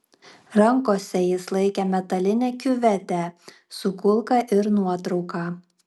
rankose jis laikė metalinę kiuvetę su kulka ir nuotrauką